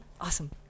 Awesome